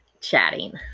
chatting